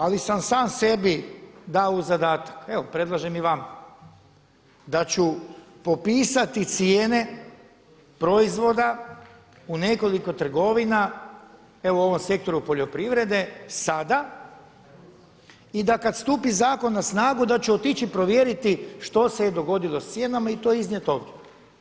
Ali sam sam sebi dao u zadatak, evo predlažem i vama, da ću popisati cijene proizvoda u nekoliko trgovina u ovom sektoru poljoprivrede sada i da kada stupi zakon na snagu da će otići provjeriti što se je dogodilo s cijenama i to iznijeti ovdje.